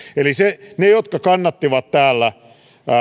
eli ne jotka kannattivat täällä